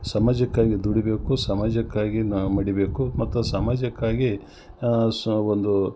ಸಮಜಕ್ಕಾಗಿ ದುಡಿಬೇಕು ಸಮಾಜಕ್ಕಾಗಿ ನಾ ಮಡಿಬೇಕು ಮತ್ತು ಸಮಾಜಕ್ಕಾಗಿ ಸಹ ಒಂದು